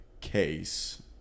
case